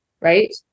Right